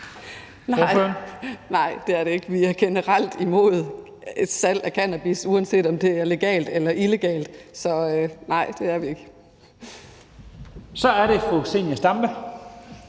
Nej, det er det ikke. Vi er generelt imod et salg af cannabis, uanset om det er legalt eller illegalt. Så nej, det er det ikke. Kl. 18:15 Første